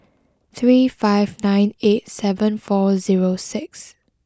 three five nine eight seven four zero six